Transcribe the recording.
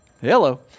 hello